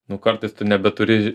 nu kartais tu nebeturi